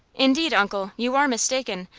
indeed, uncle, you are mistaken.